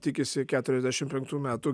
tikisi keturiasdešim penktų metų